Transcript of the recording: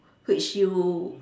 which you